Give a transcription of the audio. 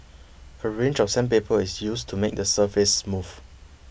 a range of sandpaper is used to make the surface smooth